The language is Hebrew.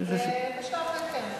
אני חושב, בשלב זה כן.